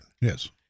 Yes